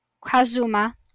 Kazuma